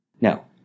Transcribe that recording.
no